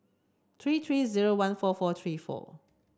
three three zero one four four three four